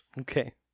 Okay